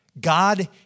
God